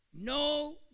No